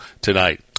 tonight